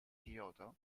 kyoto